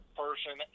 person